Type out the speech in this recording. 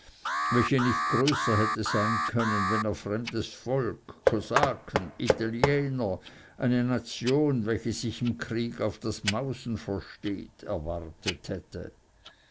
welche nicht größer hätte sein können wenn er fremdes volk kosaken italiener eine nation welche sich im krieg auf das mausen versteht erwartet hätte